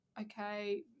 okay